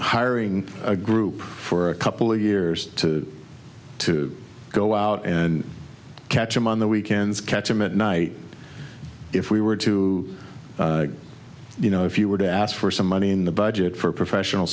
hiring a group for a couple of years to go out and catch him on the weekends catch him at night if we were to you know if you were to ask for some money in the budget for professional